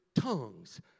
tongues